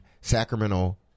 Sacramento